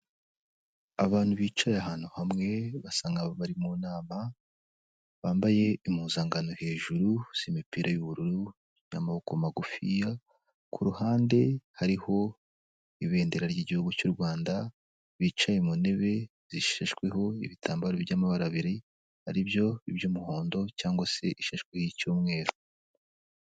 Abantu bicaye ahantu hamwe basa nkaho bari mu inama bambaye impuzangano hejuru z'imipira y'ubururu n'amaboko magufi ya k'uruhande hariho ibendera ry'igihugu cy'u Rwanda bicaye mu ntebe zisheshweho ibitambaro by'amabara bibiri aribyo iby'umuhondo cyangwa se ishashweho icyumweru.